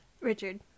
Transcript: Richard